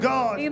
God